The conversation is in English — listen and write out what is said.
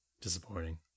disappointing